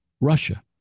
Russia